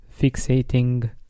fixating